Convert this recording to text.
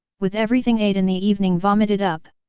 with everything ate in the evening vomited up.